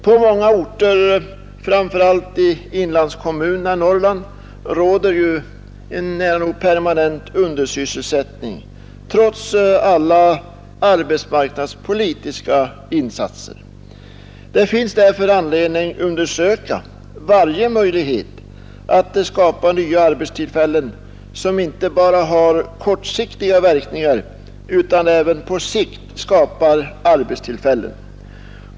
På många orter, framför allt i inlandskommunerna i Norrland, råder ju en nära nog permanent undersysselsättning trots alla arbetsmarknadspolitiska insatser. Det finns därför anledning undersöka varje möjlighet att skapa nya arbetstillfällen som inte bara har kortsiktiga verkningar utan även på sikt ger arbete.